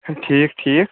ٹھیٖک ٹھیٖک